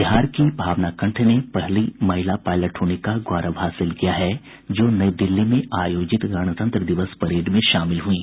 बिहार की भावना कंठ ने पहली महिला पायलट होने का गौरव हासिल किया जो नई दिल्ली में आयोजित गणतंत्र दिवस परेड में शामिल हुईं